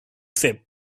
trip